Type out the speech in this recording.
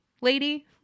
lady